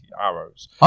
arrows